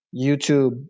YouTube